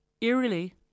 Eerily